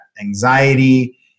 anxiety